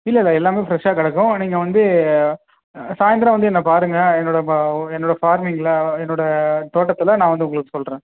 இல்லை இல்லை எல்லாமே ஃப்ரெஷ்ஷாக கிடக்கும் நீங்கள் வந்து சாய்ந்தரம் வந்து என்ன பாருங்கள் என்னோட ப என்னோட ஃபார்மிங்கில் என்னோட தோட்டத்தில் நான் வந்து உங்களுக்கு சொல்லுறேன்